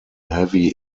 heavy